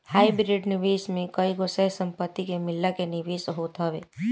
hybrid निवेश में कईगो सह संपत्ति के मिला के निवेश होत हवे